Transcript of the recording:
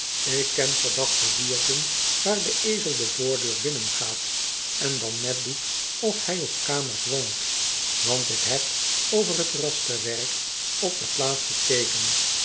ik ken verdachte buurten waar de ezel de voordeur binnengaat en dan net doet of hij op kamers woont want ik heb over t rasterwerk op de plaats gekeken